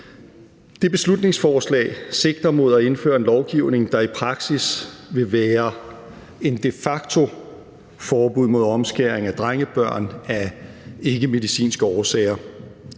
Det beslutningsforslag sigter mod at indføre en lovgivning, der i praksis vil være et de facto-forbud mod omskæring af drengebørn af ikkemedicinske årsager.